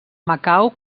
macau